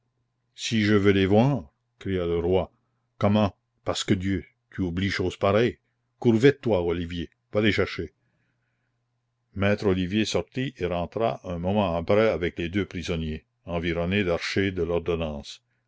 si je veux les voir cria le roi comment pasque dieu tu oublies chose pareille cours vite toi olivier va les chercher maître olivier sortit et rentra un moment après avec les deux prisonniers environnés d'archers de l'ordonnance